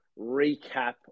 recap